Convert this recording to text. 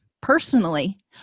personally